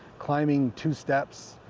climbing two steps,